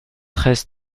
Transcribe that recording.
treize